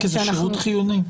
כי שירות חיוני.